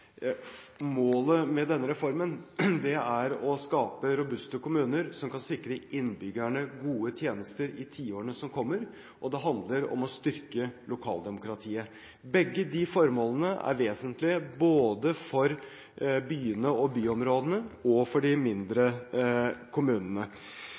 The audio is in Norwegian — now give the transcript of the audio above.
målet med denne reformen er å skape robuste kommuner som kan sikre innbyggerne gode tjenester i tiårene som kommer, og det handler om å styrke lokaldemokratiet. Begge disse formålene er vesentlige både for byene og byområdene og for de